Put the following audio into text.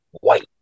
white